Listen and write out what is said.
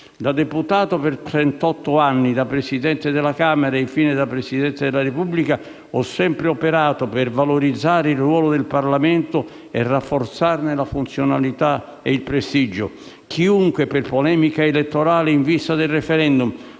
Da deputato per trentotto anni, da Presidente della Camera e infine da Presidente della Repubblica, ho sempre operato per valorizzare il ruolo del Parlamento e rafforzarne la funzionalità e il prestigio. Chiunque, per polemica elettorale in vista del *referendum*,